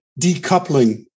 decoupling